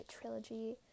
trilogy